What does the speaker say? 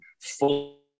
full